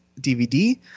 DVD